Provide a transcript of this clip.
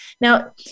now